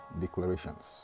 declarations